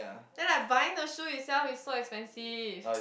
then like buying the shoes itself is so expensive